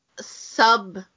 sub